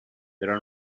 there